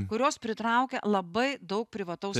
kurios pritraukia labai daug privataus